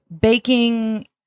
baking